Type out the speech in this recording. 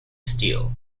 steel